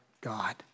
God